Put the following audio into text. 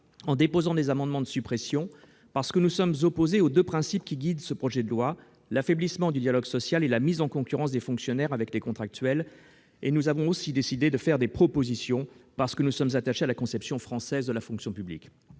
en déposant des amendements de suppression d'articles. Nous sommes en effet opposés aux deux principes qui guident ce projet de loi : l'affaiblissement du dialogue social et la mise en concurrence des fonctionnaires avec les contractuels. Nous avons aussi décidé de faire des propositions, parce que nous sommes attachés à la conception française de la fonction publique.